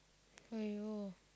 !aiyo!